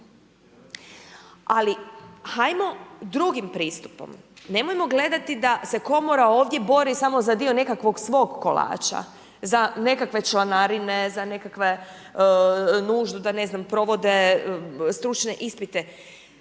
Ali hajmo drugim pristupom, nemojmo gledati da se Komora ovdje bori samo za dio nekakvog svog kolača, za nekakve članarine, za nekakve nuždu, da ne znam provode, stručne ispite,